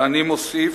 ואני מוסיף: